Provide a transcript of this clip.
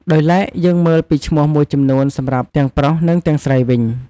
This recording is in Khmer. ដោយឡែក យើងមើលពីឈ្មោះមួយចំនួនសម្រាប់ទាំងប្រុស និងទាំងស្រីវិញ។